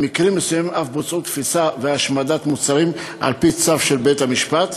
במקרים מסוימים אף היו תפיסה והשמדת מוצרים על-פי צו בית-המשפט.